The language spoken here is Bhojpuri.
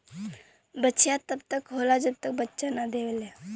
बछिया तब तक होला जब तक बच्चा न देवेला